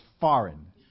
foreign